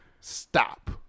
Stop